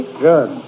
Good